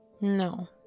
no